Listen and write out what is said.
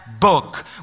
book